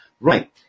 Right